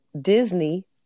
Disney